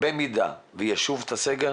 אם וישוב הסגר,